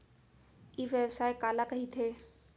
ई व्यवसाय काला कहिथे?